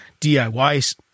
DIY